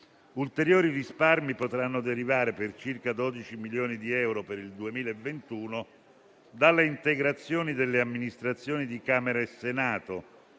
Ulteriori risparmi potranno derivare, per circa 12 milioni di euro per il 2021, dalle integrazioni delle amministrazioni di Camera e Senato,